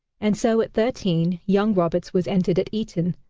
and so at thirteen, young roberts was entered at eton,